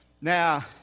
Now